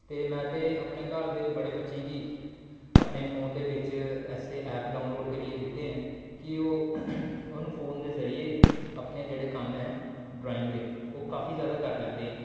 ते में ते अपने घर दे बड़ें बच्चें गी अपने फोन दे बिच्च ऐसे ऐप डाउन लोड करियै दित्ते ऐ कि ओह् उ'नूं फोन दे जरिये अपने जेह्ड़े कम्म ऐ ड्राइंग दे ओह् काफी जैदा करी लैंदे ऐं